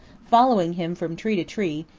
following him from tree to tree,